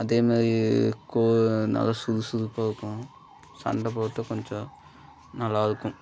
அதேமாதிரி கோ நல்லா சுறுசுறுப்பாக இருக்கும் சண்டைப் போடுறத்துக்கு கொஞ்சம் நல்லாயிருக்கும்